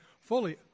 Fully